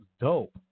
Dope